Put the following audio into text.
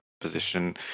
position